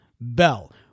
Bell